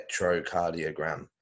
electrocardiogram